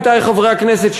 עמיתי חברי הכנסת,